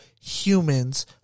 humans